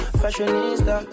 fashionista